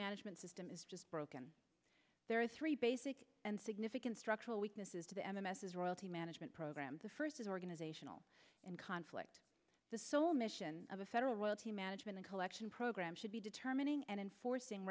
management system is just broken there are three basic and significant structural weaknesses to the m m s is royalty management program the first is organizational and conflict the sole mission of a federal royalty management a collection program should be determining and enforcing